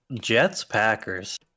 Jets-Packers